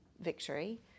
victory